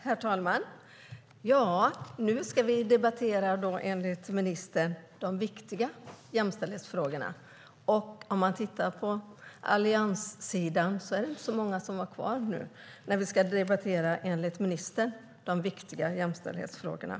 Herr talman! Nu ska vi enligt ministern debattera de viktiga jämställdhetsfrågorna. På allianssidan är det dock inte så många kvar i kammaren nu när vi ska debattera dessa enligt ministern viktiga jämställdhetsfrågorna.